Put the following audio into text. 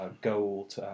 gold